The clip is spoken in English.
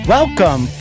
Welcome